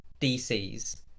DCs